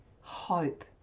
hope